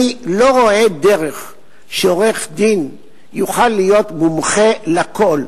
אני לא רואה דרך שעורך-דין יוכל להיות מומחה לכול.